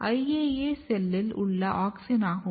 IAA செல்லில் உள்ள ஆக்ஸினாகும்